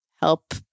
help